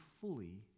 fully